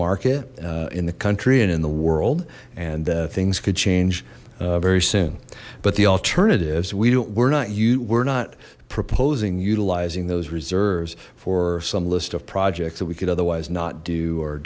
market in the country and in the world and things could change very soon but the alternatives we don't we're not you we're not proposing utilizing those reserves for some list of projects that we could otherwise not do